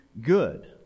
good